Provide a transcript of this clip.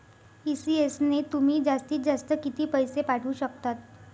ECS ने तुम्ही जास्तीत जास्त किती पैसे पाठवू शकतात?